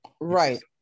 Right